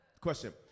Question